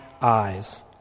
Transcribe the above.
eyes